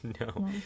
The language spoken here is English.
no